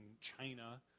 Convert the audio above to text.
China